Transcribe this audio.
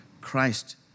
Christ